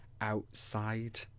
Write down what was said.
outside